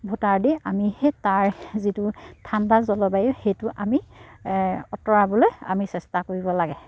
দি আমি সেই তাৰ যিটো ঠাণ্ডা জলবায়ু সেইটো আমি আঁতৰাবলৈ আমি চেষ্টা কৰিব লাগে